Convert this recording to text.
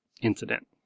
incident